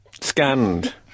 scanned